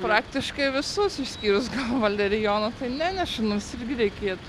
praktiškai visus išskyrus gal valerijono tai nenešu nors irgi reikėtų